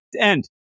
end